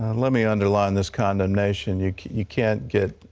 let me under line this condemnation. you you can't get